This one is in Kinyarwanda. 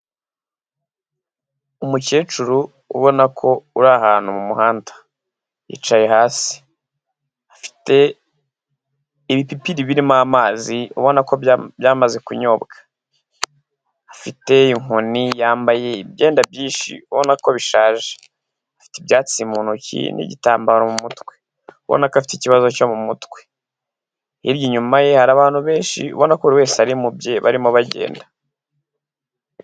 Umukecuru ubona ko ari ahantu mu muhanda yicaye hasi, afite ibipipiri birimo amazi ubona byamaze kunyobwa, afite inkoni, yambaye ibyenda byinshi ubona ko bishaje, afite ibyatsi mu ntoki n'igitambaro mu mutwe ubona ko afite ikibazo cyo mu mutwe, hirya inyuma ye hari abantu benshi ubona ko buri wese ari mubye, barimo bagenda.